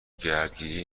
گردگیری